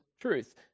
truth